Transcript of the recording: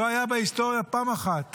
לא הייתה בהיסטוריה פעם אחת